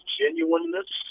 genuineness